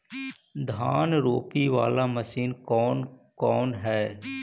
धान रोपी बाला मशिन कौन कौन है?